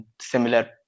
similar